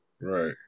Right